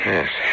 Yes